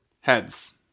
Heads